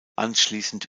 anschließend